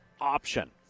option